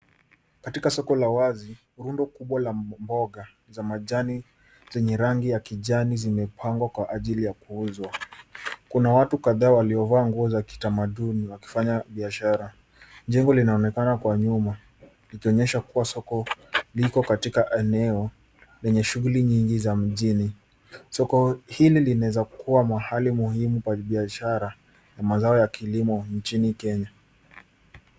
Katika soko la wazi, rundo kubwa la mboga za majani zenye rangi ya kijani zimepangwa kwa ajili ya kuuzwa. Kuna watu kadhaa waliovaa nguo za kitamaduni wakifanya biashara. Jengo linaonekana kwa nyuma likionyesha kuwa soko liko katika eneo lenye shughuli nyingi za mjini. soko hili linawezakuwa mahali muhimu pa biashara na mazao ya kilimo nchini Kenya.